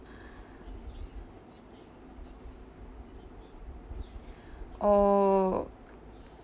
oh